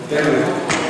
תן לי אותו.